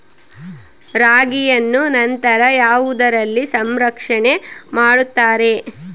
ರಾಗಿಯನ್ನು ನಂತರ ಯಾವುದರಲ್ಲಿ ಸಂರಕ್ಷಣೆ ಮಾಡುತ್ತಾರೆ?